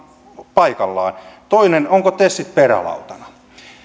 paikallaan toinen ovatko tesit perälautana